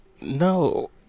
No